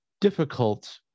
difficult